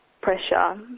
pressure